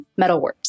MetalWorks